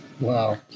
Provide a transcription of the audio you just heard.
Wow